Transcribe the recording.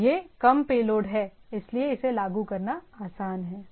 तो यह कम पेलोड है इसलिए इसे लागू करना आसान है